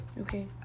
Okay